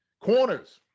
corners